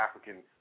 African